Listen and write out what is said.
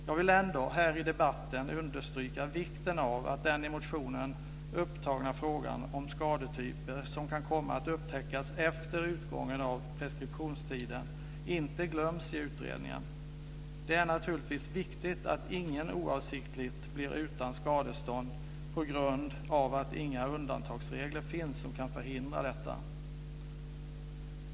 Jag vill ändå i debatten understryka vikten av att den i motionen upptagna frågan om skadetyper som kan komma att upptäckas efter utgången av preskriptionstiden inte glöms i utredningen. Det är naturligtvis viktigt att ingen oavsiktligt blir utan skadestånd på grund av att inga undantagsregler finns som kan förhindra detta.